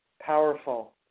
Powerful